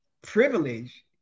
privilege